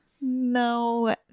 no